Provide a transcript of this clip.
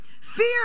Fear